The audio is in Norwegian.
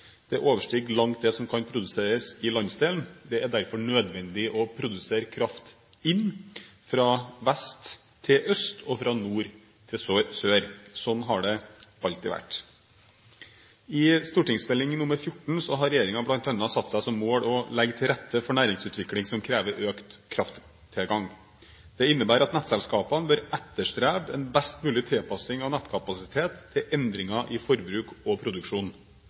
det overstiger langt det som kan produseres i landsdelen. Det er derfor nødvendig å transportere kraft inn fra vest til øst og fra nord til sør. Sånn har det alltid vært. I Meld. St. 14 for 2011–2012 har regjeringen bl.a. satt seg som mål å legge til rette for næringsutvikling som krever økt krafttilgang. Dette innebærer at nettselskapene bør etterstrebe en best mulig tilpasning av nettkapasiteten til endringer i forbruk og produksjon